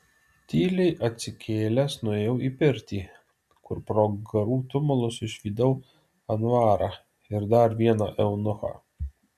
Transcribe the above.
tyliai atsikėlęs nuėjau į pirtį kur pro garų tumulus išvydau anvarą ir dar vieną eunuchą